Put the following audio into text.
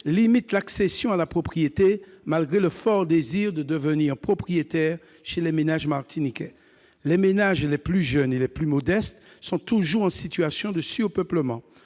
limitent l'accession à la propriété, malgré le fort désir de devenir propriétaire chez les ménages martiniquais. Les ménages les plus jeunes et les plus modestes sont toujours en situation de surpeuplement.